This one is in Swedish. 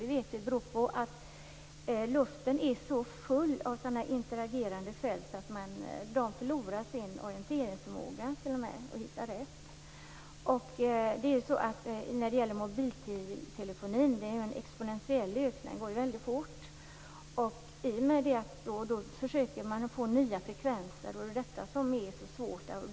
Det vet vi beror på att luften är så full av interagerande fält att de t.o.m. förlorar sin orienteringsförmåga och inte hittar rätt. Mobiltelefonin har haft en exponentiell ökning. Ökningen går mycket fort. Man försöker därför att få nya frekvenser. Det är det som är så svårt.